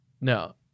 No